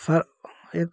sir एक